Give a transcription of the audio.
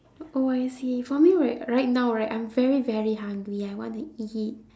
oh I see for me right right now right I'm very very hungry I want to eat